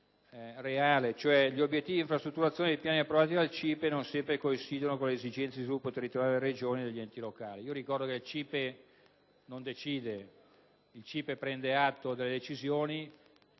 reale: «gli obiettivi di infrastrutturazione dei piani approvati dal CIPE non sempre coincidono con le esigenze di sviluppo territoriali delle Regioni e degli enti locali». Ricordo che il CIPE non decide, ma prende atto delle decisioni